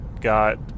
got